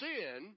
Sin